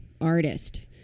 artist